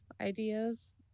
ideas